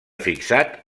fixat